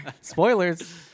Spoilers